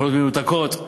בהתנחלויות מנותקות.